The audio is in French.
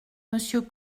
monsieur